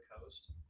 coast